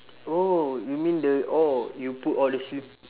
oh you mean the oh you put all the sli~